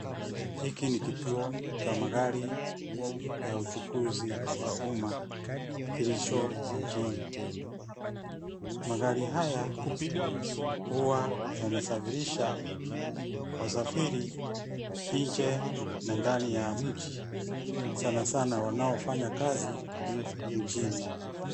Hiki ni kituo cha magari ya uchukuzi wa uma kilicho mjini. Magari haya huwa yanasafirisha wasafiri nje na ndani ya mji sana sana wanaofanya kazi mjini.